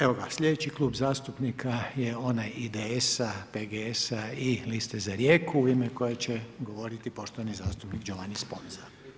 Evo, sljedeći Klub zastupnika je onaj IDS-a, PGS-a i Liste za Rijeku, u ime kojeg će govoriti, poštovani zastupnik Giovanni Sponza.